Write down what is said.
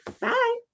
bye